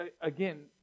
again